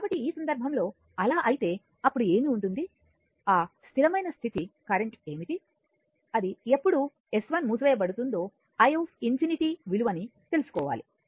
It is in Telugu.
కాబట్టి ఈ సందర్భంలో అలా అయితే అప్పుడు ఏమి ఉంటుంది ఆ స్థిరమైన స్థితి కరెంట్ ఏమిటి అది ఎప్పుడు S1 మూసివేయబడుతుందో i∞ విలువని తెలుసుకోవాలి